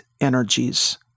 energies